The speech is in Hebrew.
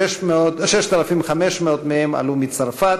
האנטישמיות אומנם מרימה ראש,